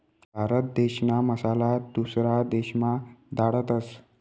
भारत देशना मसाला दुसरा देशमा धाडतस